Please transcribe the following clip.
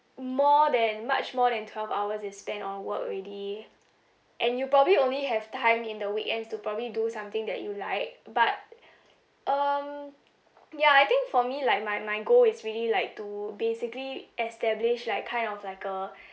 more than much more than twelve hours you spend on work already and you probably only have time in the weekends to probably do something that you like but um ya I think for me like my my goal is really like to basically establish like kind of like a